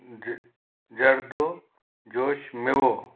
ड्रि जर्दो जोश मेवो